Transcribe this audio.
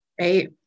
right